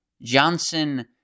Johnson